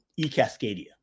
eCascadia